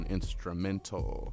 Instrumental